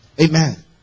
Amen